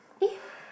eh